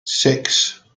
six